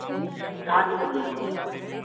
सात बजे